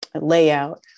layout